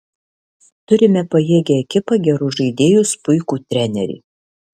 turime pajėgią ekipą gerus žaidėjus puikų trenerį